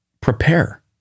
prepare